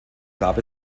gab